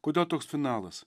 kodėl toks finalas